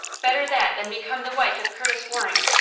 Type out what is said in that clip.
better that than become the wife of curtis waring